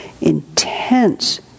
intense